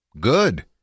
Good